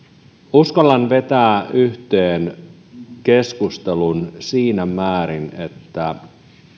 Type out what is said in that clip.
uskallan vetää yhteen keskustelun siinä määrin että